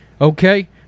Okay